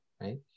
right